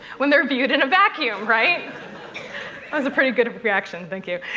when they're viewed in a vacuum, right? that was a pretty good reaction. thank you.